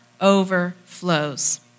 overflows